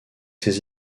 ses